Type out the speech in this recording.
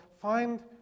find